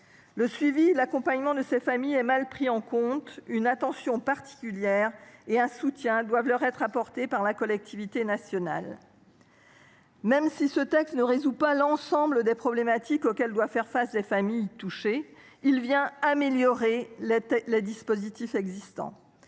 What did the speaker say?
Le suivi et l’accompagnement de ces familles sont mal pris en compte. Une attention particulière et un soutien doivent leur être apportés par la collectivité nationale. Même si cette proposition de loi ne résout pas l’ensemble des problématiques auxquelles doivent faire face les familles touchées, elle améliore les dispositifs existants.